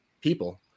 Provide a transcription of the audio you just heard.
people